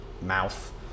mouth